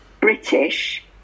British